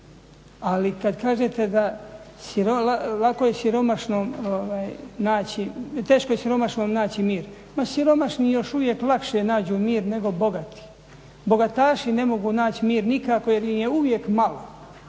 je siromašnom, teško je siromašnom naći mir, ma siromašni još uvijek lakše nađu mir nego bogati, bogataši ne mogu naći mir nikako jer im je uvijek malo,